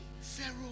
Pharaoh